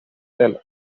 del